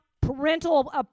parental